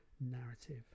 narrative